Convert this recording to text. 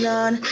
on